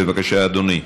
בבקשה, אדוני,